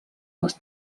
les